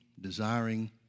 desiring